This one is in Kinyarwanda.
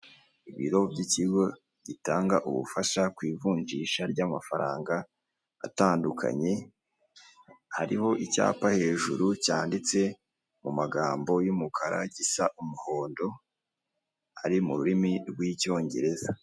ibiro by'ikigo gitanga ubufasha ku ivunjisha ry'amafaranga atandukanye hariho icyapa hejuru cyanditse mu magambo y'umukara gisa umuhondo ari mu rurimi rw'icyongereza.